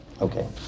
Okay